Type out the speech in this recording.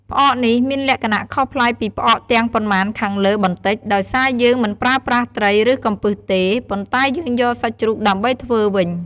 ផ្អកនេះមានលក្ខណៈខុសប្លែកពីផ្អកទាំងប៉ុន្មានខាងលើបន្តិច ដោយសារយើងមិនប្រើប្រាស់ត្រី ឬ កំពឹសទេ ប៉ុន្តែយើងយកសាច់ជ្រូកដើម្បីធ្វើវិញ។